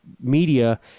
media